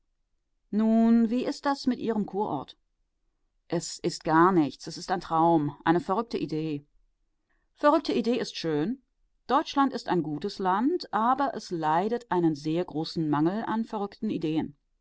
nun wie ist das mit ihrem kurort es ist gar nichts es ist ein traum eine verrückte idee verrückte idee ist schön deutschland ist ein gutes land aber es leidet einen sehr großen mangel an verrückten ideen